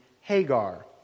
Hagar